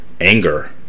anger